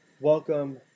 Welcome